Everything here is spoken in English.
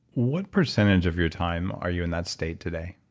what percentage of your time are you in that state today?